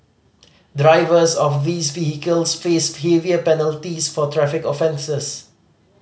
drivers of these vehicles face heavier penalties for traffic offences